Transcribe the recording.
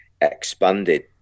expanded